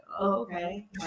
okay